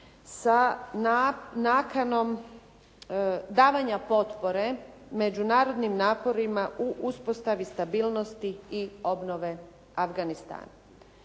sa nakanom davanja potpore međunarodnim naporima u uspostavi stabilnosti i obnove Afganistana.